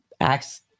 Acts